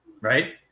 right